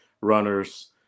runners